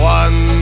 one